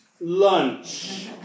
lunch